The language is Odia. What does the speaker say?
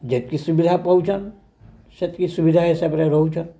ଯେତ୍କି ସୁବିଧା ପାଉଛନ୍ ସେତିକି ସୁବିଧା ହିସାବରେ ରହୁଛନ୍